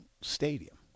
stadium